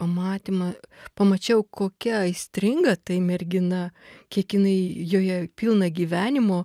pamatymą pamačiau kokia aistringa tai mergina kiek jinai joje pilna gyvenimo